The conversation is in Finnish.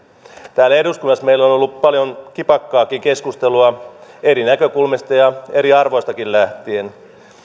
täällä eduskunnassa meillä on ollut paljon kipakkaakin keskustelua eri näkökulmista ja eri arvoistakin lähtien